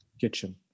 Kitchen